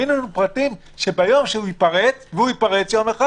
הפרטים שביום שייפרץ והוא ייפרץ יום אחד